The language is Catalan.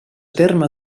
terme